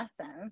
awesome